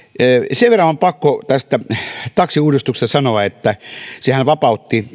sen verran on pakko taksiuudistuksesta sanoa että liikennepalvelulakihan vapautti